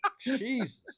Jesus